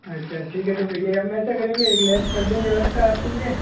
अच्छा ठीक है तो वे हम ऐसा करेंगे एक लैब कर देंगे व्यवस्था आप के लिए